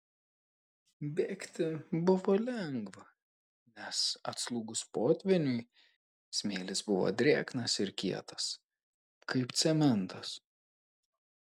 bėgti buvo lengva nes atslūgus potvyniui smėlis buvo drėgnas ir kietas kaip cementas